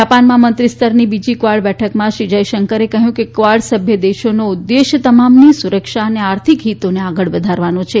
જાપાનમાં મંત્રીસ્તરની બીજી કવાડ બેઠકમાં શ્રી જયશંકરે કહ્યું કે કવાડ સભ્ય દેશોનો ઉદ્દેશ તમામની સુરક્ષા અને આર્થિક હિતોને આગળ વધારવાનો છે